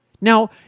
Now